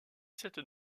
sept